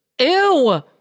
Ew